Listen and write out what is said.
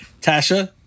Tasha